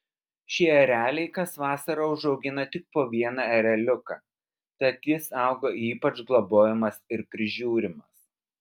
šie ereliai kas vasarą užaugina tik po vieną ereliuką tad jis auga ypač globojamas ir prižiūrimas